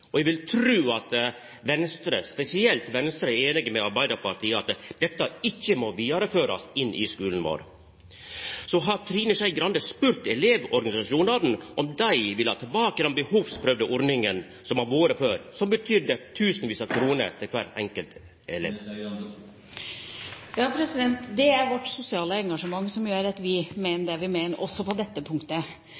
Og eg vil tru at spesielt Venstre er einige med Arbeidarpartiet i at dette ikkje må førast vidare inn i skulen vår. Så har Trine Skei Grande spurt elevorganisasjonane om dei vil ha tilbake den behovsprøvde ordninga som har vore før, som betydde tusenvis av kroner til kvar enkelt elev. Det er vårt sosiale engasjement som gjør at vi